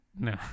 no